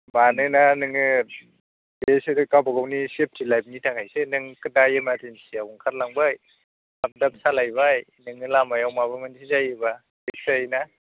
मानोना नोङो बेसोरो गावबा गावनि सेफटि लाइफनि थाखायसो नोंथ' दा इमारजिनसिआव ओंखारलांबाय थाब थाब सालायबाय नोङो लामायाव माबा मोनसे जायोबा रिस्क जायोना